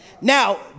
Now